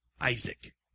Isaac